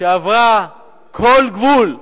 שעברה כל גבול,